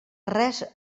res